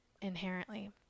inherently